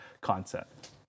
concept